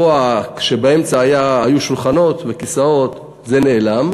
פה, באמצע היו שולחנות וכיסאות וזה נעלם,